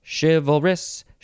chivalrous